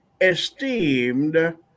esteemed